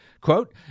quote